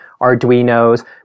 Arduinos